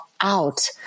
out